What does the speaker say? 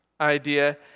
idea